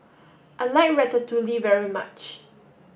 I like Ratatouille very much